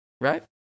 right